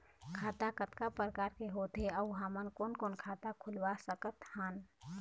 खाता कतका प्रकार के होथे अऊ हमन कोन कोन खाता खुलवा सकत हन?